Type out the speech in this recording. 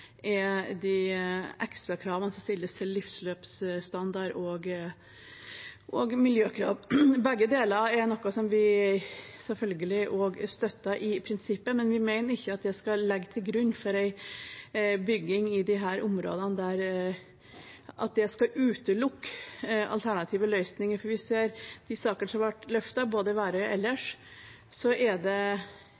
er de ekstrakravene som stilles til livsløpsstandard og miljøkrav. Begge deler er noe vi selvfølgelig støtter i prinsippet, men vi mener ikke at det skal ligge til grunn for bygging i disse områdene – at det skal utelukke alternative løsninger, for vi ser de sakene som er blitt løftet, i Værøy og ellers.